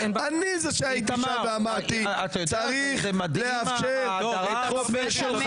אני זה שהייתי שם ואמרתי שצריך לאפשר חופש --- אמרתי